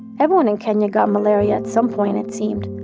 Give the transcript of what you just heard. everyone in kenya got malaria at some point, it seemed.